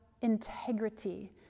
integrity